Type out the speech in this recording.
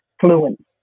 fluent